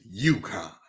UConn